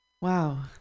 wow